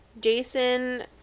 Jason